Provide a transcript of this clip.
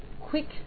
quick